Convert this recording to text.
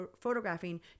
photographing